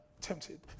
tempted